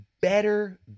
better